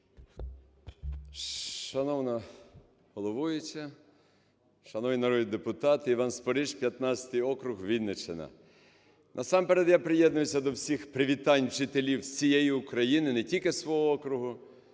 Шановна головуюча! Шановні народні депутати! Іван Спориш, 15 округ, Вінниччина. Насамперед, я приєднуюся до всіх привітань вчителів всієї України, а не тільки свого округу,